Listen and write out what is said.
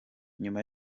nyuma